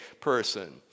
person